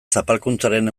zapalkuntzaren